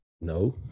No